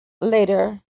Later